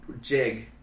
jig